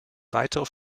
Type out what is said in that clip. weitere